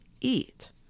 eat